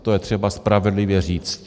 To je třeba spravedlivě říct.